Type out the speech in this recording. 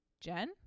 Jen